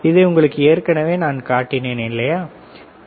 இதை உங்களுக்கு ஏற்கனவே நான் காட்டினேன் இல்லையா சரி